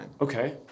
Okay